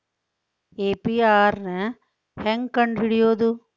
APR ನ ಹೆಂಗ್ ಕಂಡ್ ಹಿಡಿಯೋದು?